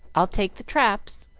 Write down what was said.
i'll take the traps.